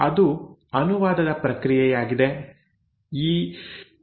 ಅದು ಅನುವಾದದ ಪ್ರಕ್ರಿಯೆಯಾಗಿದೆ